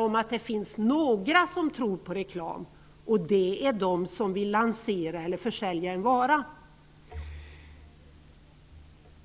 om att det finns några som tror på reklam, och det är de som vill lansera eller försälja en vara.